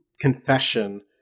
confession